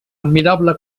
admirable